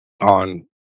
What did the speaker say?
on